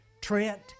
Trent